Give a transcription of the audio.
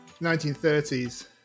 1930s